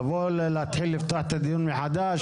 לבוא לכאן ולפתוח את הדיון מחדש?